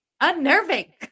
unnerving